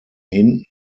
hinten